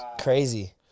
Crazy